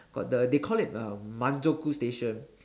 got the they called it um manzoku station